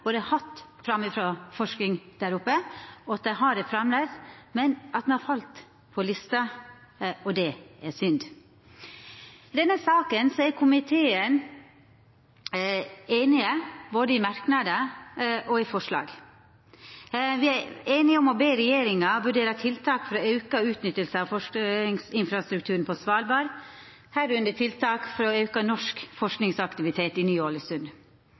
både i merknader og i forslag. Me er einige om å be regjeringa vurdera tiltak for auka utnytting av forskingsinfrastrukturen på Svalbard, inkludert tiltak for auka norsk forskingsaktivitet i